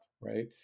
right